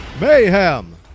Mayhem